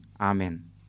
amen